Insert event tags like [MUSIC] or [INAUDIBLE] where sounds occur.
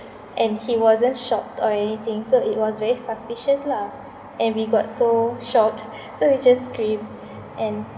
and he wasn't shocked or anything so it was very suspicious lah and we got so shocked [LAUGHS] so we just screamed and